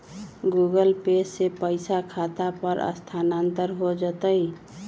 Google Pay से पईसा खाता पर स्थानानंतर हो जतई?